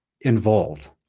involved